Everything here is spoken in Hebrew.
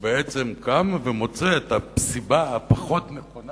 ובעצם קם ומוצא את הסיבה הפחות-נכונה